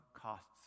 costs